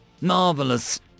Marvelous